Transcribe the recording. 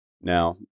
Now